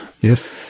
Yes